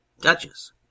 Duchess